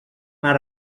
mar